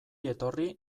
etorri